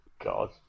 God